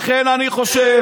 לכן אני חושב,